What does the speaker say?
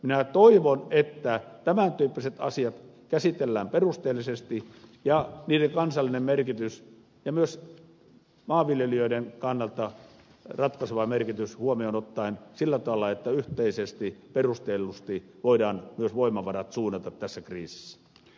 minä toivon että tämäntyyppiset asiat käsitellään perusteellisesti niiden kansallinen merkitys ja myös maanviljelijöiden kannalta ratkaiseva merkitys huomioon ottaen sillä tavalla että yhteisesti perustellusti voidaan myös voimavarat suunnata tässä kriisissä